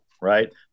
right